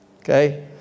Okay